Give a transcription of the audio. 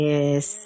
Yes